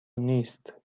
نیست